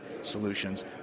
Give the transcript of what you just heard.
solutions